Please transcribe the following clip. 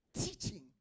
Teaching